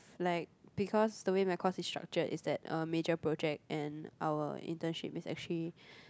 like because the way my course is structured is that a major project and our internship is actually